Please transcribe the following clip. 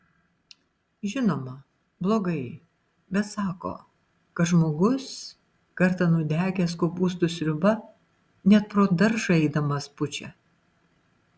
žinoma blogai bet sako kad žmogus kartą nudegęs kopūstų sriuba net pro daržą eidamas pučia